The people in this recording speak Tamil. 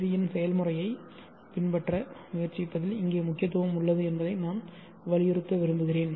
சி யின் செயல்முறையை பின்பற்ற முயற்சிப்பதில் இங்கே முக்கியத்துவம் உள்ளது என்பதை நான் வலியுறுத்த விரும்புகிறேன்